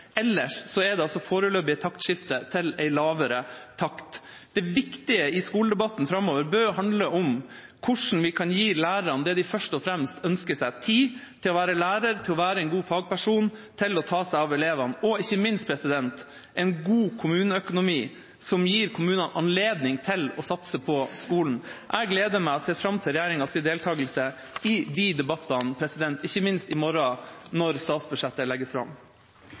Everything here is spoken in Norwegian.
Ellers er det foreløpige taktskiftet et skifte til en lavere takt. Det viktige i skoledebatten framover bør handle om hvordan vi kan gi lærerne det de først og fremst ønsker seg: tid til å være lærer, til å være en god fagperson, til å ta seg av elevene – og ikke minst en god kommuneøkonomi som gir kommunene anledning til å satse på skolen. Jeg gleder meg og ser fram til regjeringas deltagelse i de debattene, ikke minst i morgen når statsbudsjettet legges fram.